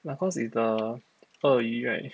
Lacoste is the 鳄鱼 right